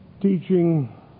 teaching